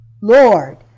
Lord